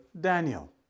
Daniel